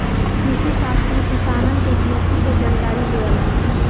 कृषिशास्त्री किसानन के कृषि के जानकारी देलन